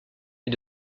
est